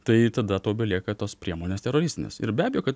tai tada tau belieka tos priemonės teroristinės ir be abejo kad